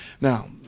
Now